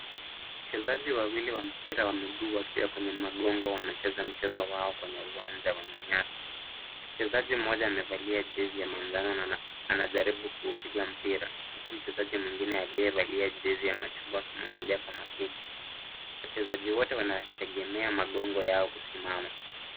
Wachezaji wawili wa mpira wa miguu wakiwa kwenye magongo, wanacheza mchezo wao kwenye uwanja wenye nyasi. Mchezaji mmoja amevalia jezi ya manjano, na anajaribu kuupiga mpira. Huku mchezaji mwingine aliyevalia jezi ya machungwa, akimwangalia kwa makini. Wachezaji wote wanategemea magongo yao kusimama.